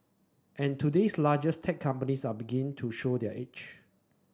and today's largest tech companies are beginning to show their age